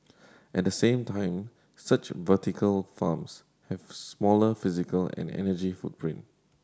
at the same time such vertical farms have smaller physical and energy footprint